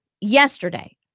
yesterday